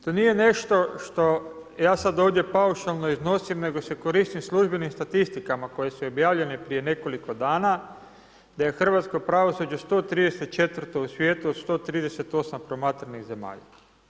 To nije nešto što ja sad ovdje paušalno iznosim nego se koristim službenim statistikama koje su objavljene prije nekoliko dana da je hrvatsko pravosuđe 134 u svijetu od 138 promatranih zemalja.